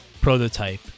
prototype